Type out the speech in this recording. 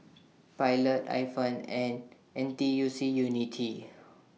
Pilot Ifan and N T U C Unity